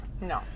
no